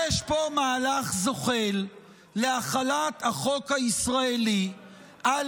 יש פה מהלך זוחל להחלת החוק הישראלי על